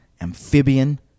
amphibian